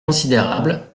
considérables